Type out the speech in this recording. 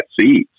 seeds